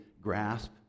grasp